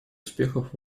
успехов